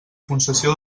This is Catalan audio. concessió